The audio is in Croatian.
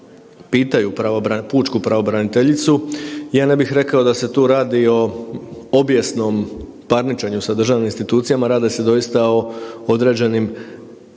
pučku pravobraniteljicu, ja ne bih rekao da se tu radi o obijesnom parničenju sa državnim institucijama, radi se doista o određenim